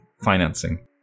financing